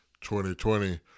2020